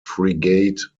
frigate